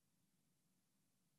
ואחד.